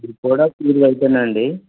ఇది కూడా pure white అండి